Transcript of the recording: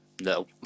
no